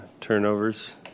turnovers